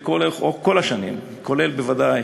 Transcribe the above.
שכל השנים, כולל בוודאי